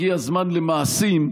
הגיע הזמן למעשים,